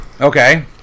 Okay